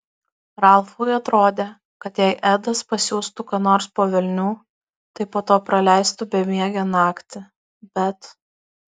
ralfui atrodė kad jei edas pasiųstų ką nors po velnių tai po to praleistų bemiegę naktį bet